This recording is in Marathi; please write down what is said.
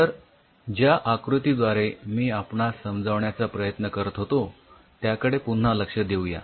तर ज्या आकृतीद्वारे मी आपणास समजावण्याचा प्रयत्न करत होतो त्याकडे पुन्हा लक्ष देऊ या